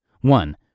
One